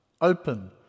open